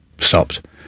stopped